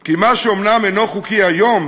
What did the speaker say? כי מה שאומנם אינו חוקי היום,